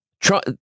Trump